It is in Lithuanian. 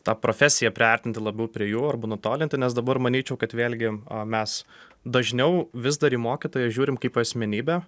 tą profesiją priartinti labiau prie jų arba nutolinti nes dabar manyčiau kad vėlgi mes dažniau vis dar į mokytoją žiūrim kaip į asmenybę